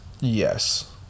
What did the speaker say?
Yes